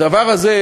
הדבר הזה,